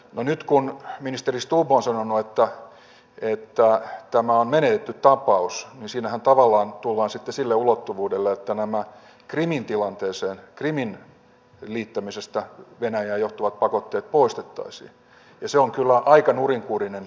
no nyt kun ministeri stubb on sanonut että tämä on menetetty tapaus niin siinähän tavallaan tullaan sitten sille ulottuvuudelle että nämä krimin tilanteesta krimin liittämisestä venäjään johtuvat pakotteet poistettaisiin ja se on kyllä aika nurinkurinen ajattelu